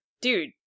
dude